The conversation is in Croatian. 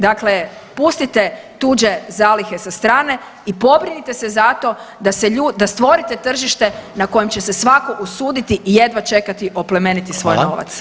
Dakle, pustite tuđe zalihe sa strane i pobrinite se zato da stvorite tržište na kojem će se svako usuditi i jedva čekati oplemeniti svoj novac.